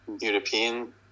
European